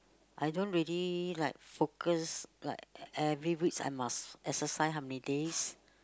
I don't really like focus like every week I must exercise how many days